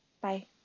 Bye